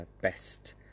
best